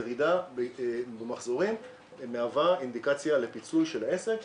ירידה במחזורים מהווה אינדיקציה לפיצוי של העסק,